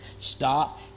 Stop